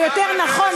או יותר נכון,